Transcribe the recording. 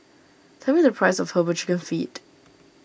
tell me the price of Herbal Chicken Feet